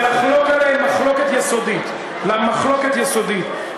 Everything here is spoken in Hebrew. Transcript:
ולחלוק עליהן מחלוקת יסודית, מחלוקת יסודית.